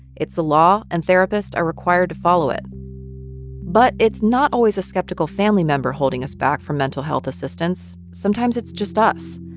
it's the law, and therapists are required to follow it but it's not always a skeptical family member holding us back from mental health assistance. sometimes it's just us.